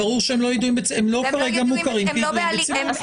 ברור שהם לא מוכרים כרגע כידועים בציבור.